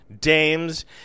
dames